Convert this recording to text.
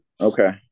Okay